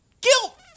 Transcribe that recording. guilt